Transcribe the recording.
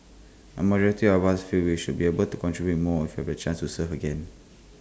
A majority of us feel we should be able to contribute more if we had A chance to serve again